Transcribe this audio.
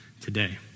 today